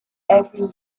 every